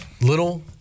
little